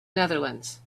netherlands